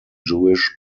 jewish